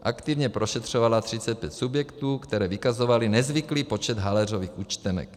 Aktivně prošetřovala 35 subjektů, které vykazovaly nezvyklý počet haléřových účtenek.